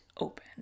open